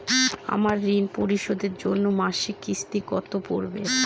আমার ঋণ পরিশোধের জন্য মাসিক কিস্তি কত পড়বে?